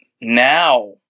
now